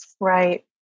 Right